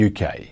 UK